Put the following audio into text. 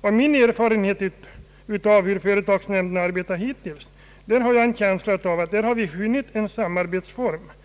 En ligt min erfarenhet av hur företagsnämnden hittills har arbetat har vi här funnit en samarbetsform med